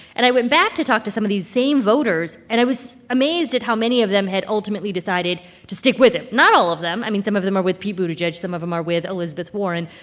and i went back to talk to some of these same voters, and i was amazed at how many of them had ultimately decided to stick with him. not all of them. i mean, some of them are with pete buttigieg. some of them are with elizabeth warren.